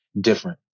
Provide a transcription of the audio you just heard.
different